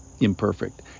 imperfect